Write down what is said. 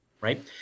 right